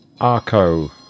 Arco